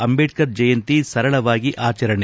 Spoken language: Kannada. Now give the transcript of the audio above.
ಅಂಬೇಡ್ಕರ್ ಜಯಂತಿ ಸರಳವಾಗಿ ಆಚರಣೆ